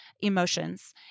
emotions